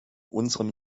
unserem